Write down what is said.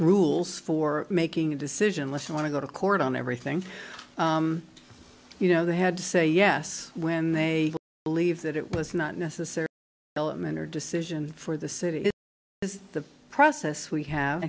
rules for making a decision less want to go to court on everything you know they had to say yes when they believe that it was not necessary element or decision for the city it is the process we have